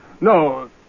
No